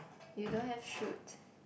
you don't have shoot